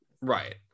right